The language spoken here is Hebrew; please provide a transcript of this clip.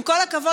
עם כל הכבוד,